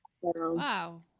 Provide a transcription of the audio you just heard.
Wow